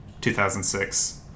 2006